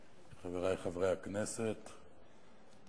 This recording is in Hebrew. חברי חברי הכנסת,